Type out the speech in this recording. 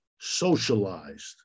socialized